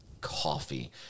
coffee